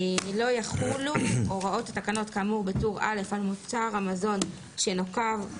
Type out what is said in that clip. לא יחולו הוראות התקנות כאמור בטור א על מוצר המזון שנקב